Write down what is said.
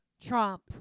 Trump